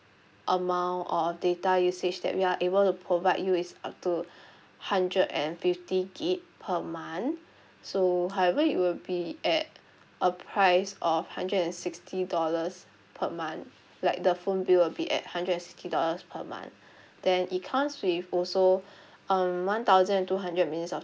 amount of data usage that we are able to provide you is up to hundred and fifty gig per month so however it'll be at a price of hundred and sixty dollars per month like the phone bill will be at hundred and sixty dollars per month then it comes with also um one thousand and two hundred minutes of